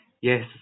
yes